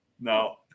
no